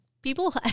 people